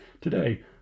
today